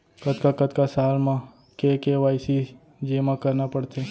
कतका कतका साल म के के.वाई.सी जेमा करना पड़थे?